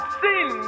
sin